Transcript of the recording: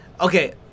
okay